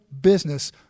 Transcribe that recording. business